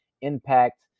impact